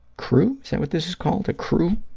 crew, is that what this is called, a crew